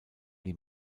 die